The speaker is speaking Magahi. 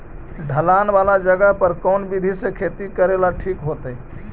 ढलान वाला जगह पर कौन विधी से खेती करेला ठिक होतइ?